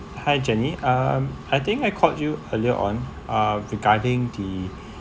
hi jenny um I think I called you earlier on uh regarding the